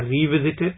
revisited